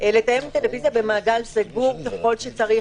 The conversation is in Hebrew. לתאם טלוויזיה במעגל סגור ככל שצריך,